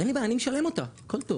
אין לי בעיה, אני משלם אותה, הכול טוב.